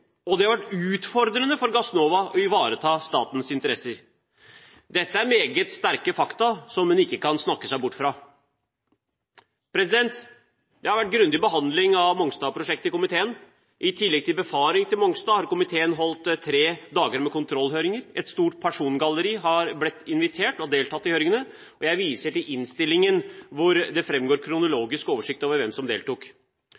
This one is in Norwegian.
at det har vært utfordrende for Gassnova å ivareta statens interesser. Dette er meget sterke fakta som en ikke kan snakke seg bort fra. Det har vært en grundig behandling av Mongstad-prosjektet i komiteen. I tillegg til befaring til Mongstad har komiteen avholdt tre dager med kontrollhøringer. Et stort persongalleri har blitt invitert og deltatt i høringene. Jeg viser til innstillingen, hvor det